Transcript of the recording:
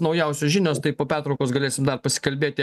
naujausios žinios tai po pertraukos galėsim dar pasikalbėti